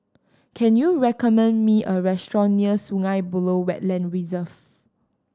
can you recommend me a restaurant near Sungei Buloh Wetland Reserve